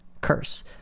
Curse